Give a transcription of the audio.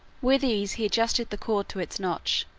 with ease he adjusted the cord to its notch,